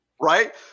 Right